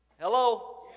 Hello